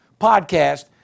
podcast